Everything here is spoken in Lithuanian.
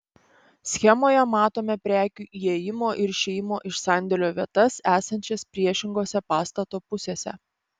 schemoje matome prekių įėjimo ir išėjimo iš sandėlio vietas esančias priešingose pastato pusėse